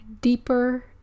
deeper